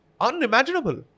unimaginable